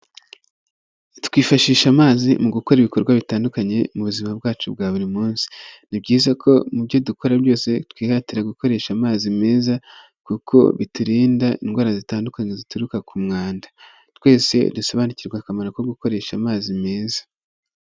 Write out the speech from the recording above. Twifashisha amazi mu gukora ibikorwa bitandukanye mu buzima bwacu bwa buri munsi. Ni byiza ko mu byo dukora byose twihatira gukoresha amazi meza, kuko biturinda indwara zitandukanye zituruka ku mwanda. Twese dusobanukirwe akamaro ko gukoresha amazi meza.